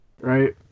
Right